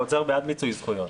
האוצר בעד מיצוי זכויות,